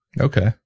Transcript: okay